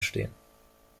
stehen